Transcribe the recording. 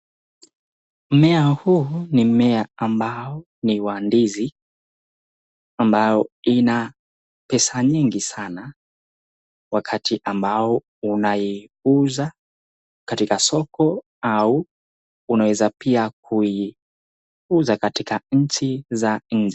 Mmea huu ni mmea ambao ni wa ndizi ambao ina pesa nyingi sana wakati ambao unaiuza katika soko au unaweza pia kuiuza katika nchi za nje.